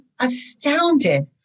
astounded